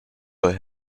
her